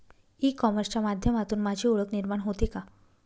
E कॉमर्सच्या माध्यमातून माझी ओळख निर्माण होते का?